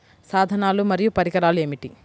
సాధనాలు మరియు పరికరాలు ఏమిటీ?